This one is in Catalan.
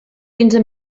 quinze